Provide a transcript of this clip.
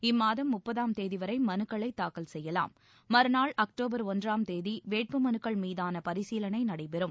இம்மாதம் முப்பதாம் தேதிவரை மனுக்களை தாக்கல் செய்யலாம் மறுநாள் அக்டோபர் ஒன்றாம் தேதி வேட்பு மனுக்கள் மீதான பரிசீலனை நடைபெறும்